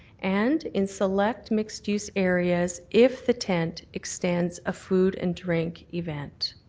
and in select mixed use areas, if the tent expands of food and drink event.